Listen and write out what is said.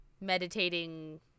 meditating